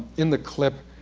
in the clip,